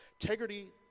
Integrity